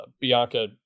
Bianca